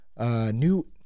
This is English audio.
new